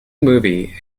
movie